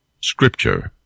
Scripture